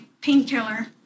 painkiller